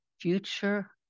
future